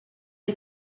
est